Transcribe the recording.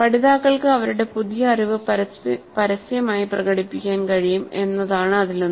പഠിതാക്കൾക്ക് അവരുടെ പുതിയ അറിവ് പരസ്യമായി പ്രകടിപ്പിക്കാൻ കഴിയും എന്നതാണ് അതിലൊന്ന്